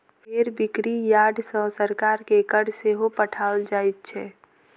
भेंड़ बिक्री यार्ड सॅ सरकार के कर सेहो पठाओल जाइत छै